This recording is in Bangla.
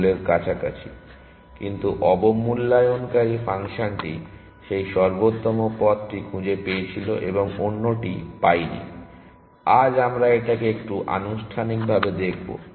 গোলের কাছাকাছি কিন্তু অবমূল্যায়নকারী ফাংশনটি সেই সর্বোত্তম পথটি খুঁজে পেয়েছিল এবং অন্যটি পায়নি আজ আমরা এটাকে একটু আনুষ্ঠানিকভাবে দেখবো